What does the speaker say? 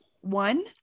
one